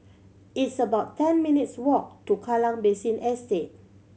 it's about ten minutes' walk to Kallang Basin Estate